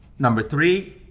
number three,